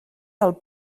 alt